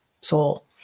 soul